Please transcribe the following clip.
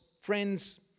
friends